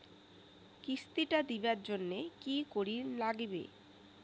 কিস্তি টা দিবার জন্যে কি করির লাগিবে?